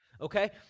Okay